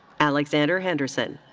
alexander henderson.